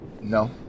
no